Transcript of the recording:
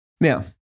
Now